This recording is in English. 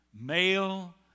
Male